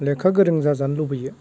लेखा गोरों जाजानो लुबैयो